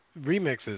remixes